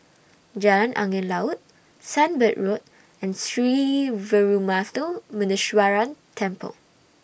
Jalan Angin Laut Sunbird Road and Sree Veeramuthu Muneeswaran Temple